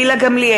נגד גילה גמליאל,